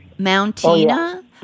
Mountina